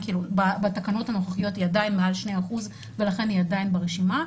בתקנות הנוכחיות היא עדיין מעל 2% ולכן היא עדיין ברשימה,